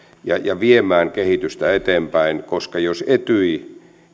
ja ja viemään kehitystä eteenpäin koska jos etyj